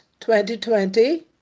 2020